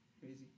crazy